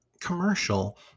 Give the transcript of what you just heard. commercial